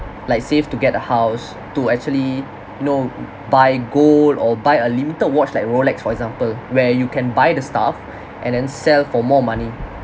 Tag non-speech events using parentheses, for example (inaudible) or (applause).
like save to get a house to actually know buy gold or buy a limited watch like rolex for example where you can buy the staff (breath) and then sell for more money